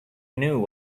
knew